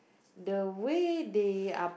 the way they are